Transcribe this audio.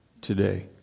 today